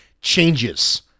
changes